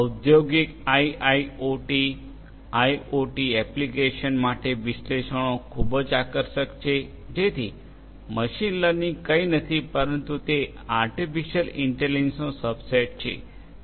ઔંદ્યોગિક IIoT IoT applications માટે વિશ્લેષણો ખૂબ જ આકર્ષક છે જેથી મશીન લર્નિંગ કંઈ નથી પરંતુ તે આર્ટિફિસિઅલ ઇન્ટેલિજન્સનો સબસેટ છે